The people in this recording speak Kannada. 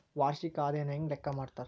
ವಾರ್ಷಿಕ ಆದಾಯನ ಹೆಂಗ ಲೆಕ್ಕಾ ಮಾಡ್ತಾರಾ?